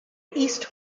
east